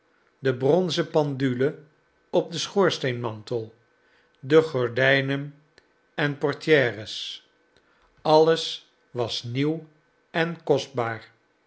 de bronzen pendule op den schoorsteenmantel de gordijnen en portières alles was nieuw en kostbaar